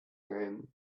room